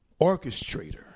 orchestrator